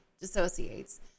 dissociates